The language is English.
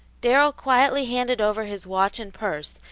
darrell quietly handed over his watch and purse,